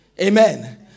Amen